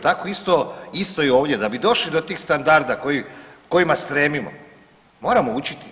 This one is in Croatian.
Tako isto i ovdje, da bi došli do tih standarda kojima stremimo, moramo učiti.